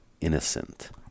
innocent